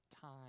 time